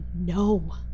no